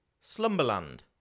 Slumberland